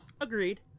Agreed